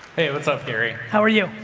hey, what's up, gary? how are you?